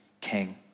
king